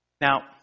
Now